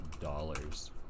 dollars